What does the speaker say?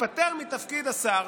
התפטר מתפקיד השר,